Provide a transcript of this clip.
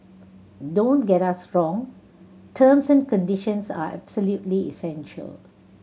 don't get us wrong terms and conditions are absolutely essential